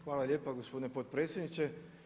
Hvala lijepa gospodine potpredsjedniče.